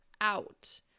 out